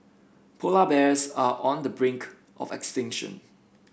polar bears are on the brink of extinction